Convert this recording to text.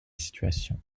situation